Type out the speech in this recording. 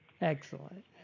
Excellent